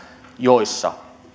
joissa